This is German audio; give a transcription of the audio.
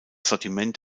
sortiment